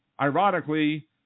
Ironically